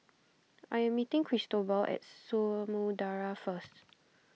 I am meeting Cristobal at Samudera first